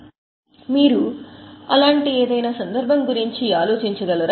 ఇప్పుడు అలాంటి కేసు తలెత్తినప్పుడు మీరు అలాంటి ఏదైనా వస్తువు గురించి ఆలోచించగలరా